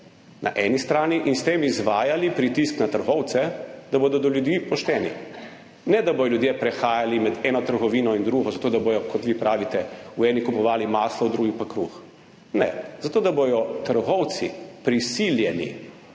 na eni strani pokazali in s tem izvajali pritisk na trgovce, da bodo do ljudi pošteni, da ne bodo ljudje prehajali med eno trgovino in drugo zato, da bodo, kot vi pravite, v eni kupovali maslo, v drugi pa kruh. Ne. Zato, da bodo trgovci prisiljeni